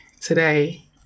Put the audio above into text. today